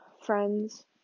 friends